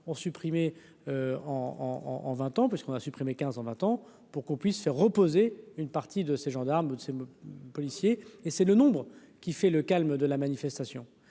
ont supprimé en en 20 ans parce qu'on a supprimé 15 ans 20 ans pour qu'on puisse se reposer une partie de ces gendarmes de ces policiers et c'est le nombre qui fait le calme de la manifestation,